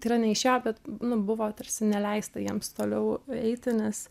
tai yra neišėjo bet nu buvo tarsi neleista jiems toliau eiti nes